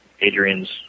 Adrian's